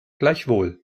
gleichwohl